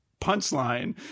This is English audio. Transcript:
punchline